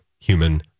human